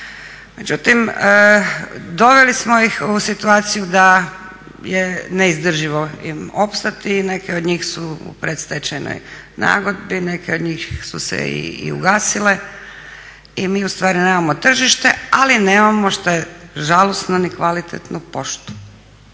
Međutim doveli smo ih u situaciju da je neizdrživo im opstati i neke od njih su u predstečajnoj nagodbi, neke od njih su se i ugasile i mi nemamo tržište, ali nemamo što je žalosno ni kvalitetnu poštu.